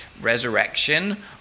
resurrection